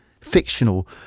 fictional